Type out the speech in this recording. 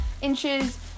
inches